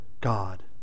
God